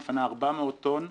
מפנה 400 טון ביום,